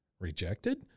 rejected